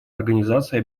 организации